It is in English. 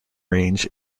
range